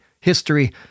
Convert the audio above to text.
history